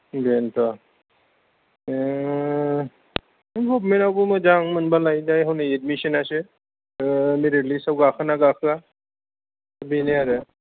बेनथ' गबमेन्ट आवबो मोजां मोनबालाय दायो हनै एडमिशनासो मेरिट लिस्ट आव गाखोना गाखोआ बेनो आरो